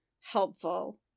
helpful